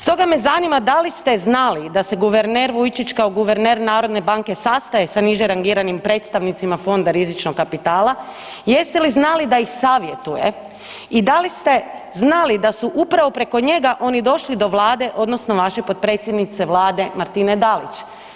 Stoga me zanima da li ste znali da se guverner Vujčić kao guverner narodne banke sastaje sa niže rangiranim predstavnicima fonda rizičnog kapitala, jeste li znali da ih savjetuje i da li ste znali da su upravo preko njega oni došli do Vlade odnosno vaše potpredsjednice Vlade Martine Dalić?